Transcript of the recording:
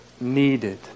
needed